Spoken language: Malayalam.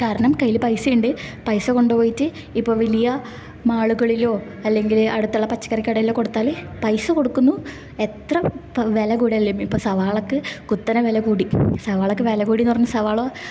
കാരണം കയ്യിൽ പൈസയുണ്ട് പൈസ കൊണ്ട് പോയിട്ട് ഇപ്പം വലിയ മാളുകളിലോ അല്ലെങ്കിൽ അടുത്തുള്ള പച്ചക്കറികടേലോ കൊടുത്താൽ പൈസ കൊടുക്കുന്നു എത്ര വില കൂടുതൽ ഇപ്പം സവാളക്ക് കുത്തനെ വില കൂടി സവാളക്ക് വില കൂടീന്ന് പറഞ്ഞാൽ സവാള